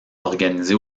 organisé